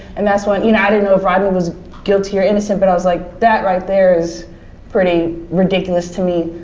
and that's when, you know i didn't know if rodney was guilty or innocent but i was like that right there is pretty ridiculous to me.